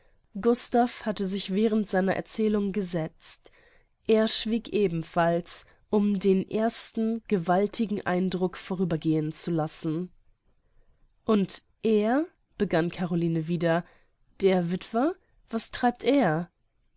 gustav hatte sich während seiner erzählung gesetzt er schwieg ebenfalls um den ersten gewaltigen eindruck vorübergehen zu lassen und er begann caroline wieder der witwer was treibt er